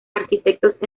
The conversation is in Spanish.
arquitectos